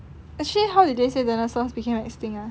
actually how did they say dinosaurs became extinct ah